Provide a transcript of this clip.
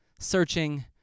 searching